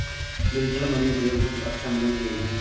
digital money उपयोग हेतु अति सवेंदनशील है